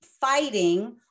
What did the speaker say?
fighting